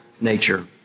nature